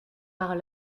par